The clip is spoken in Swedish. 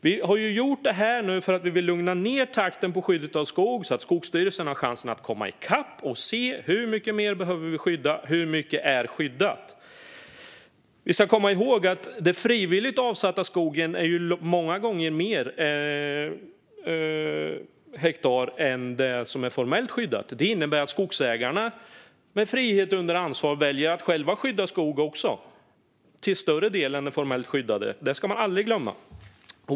Vi har ju gjort detta för att vi vill lugna ned takten på skyddet av skog, så att Skogsstyrelsen har en chans att komma ikapp och se hur mycket mer vi behöver skydda och hur mycket som är skyddat. Vi ska komma ihåg att den frivilligt avsatta skogen utgör många gånger fler hektar än den skog som är formellt skyddad. Det innebär att skogsägarna, med frihet under ansvar, själva väljer att skydda skog - till en större yta än den formellt skyddade. Det ska man aldrig glömma.